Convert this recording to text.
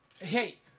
Hey